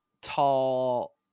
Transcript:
tall